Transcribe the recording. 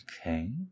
Okay